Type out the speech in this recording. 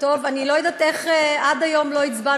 אחרי שאמרו